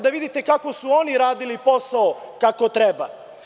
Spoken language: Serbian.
Da vidite kako su oni radili posao kako treba.